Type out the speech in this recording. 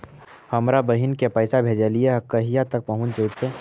हमरा बहिन के पैसा भेजेलियै है कहिया तक पहुँच जैतै?